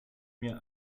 mir